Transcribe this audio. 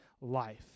life